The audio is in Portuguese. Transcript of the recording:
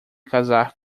casar